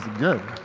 good.